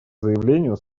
заявлению